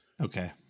okay